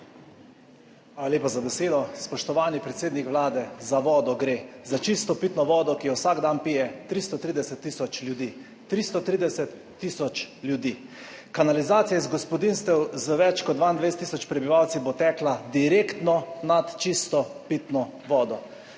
Hvala lepa za besedo. Spoštovani predsednik Vlade! Za vodo gre! Za čisto pitno vodo, ki jo vsak dan pije 330 tisoč ljudi. 330 tisoč ljudi. Kanalizacija iz gospodinjstev z več kot 22 tisoč prebivalci bo tekla direktno nad čisto pitno vodo.